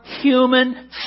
human